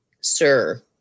sir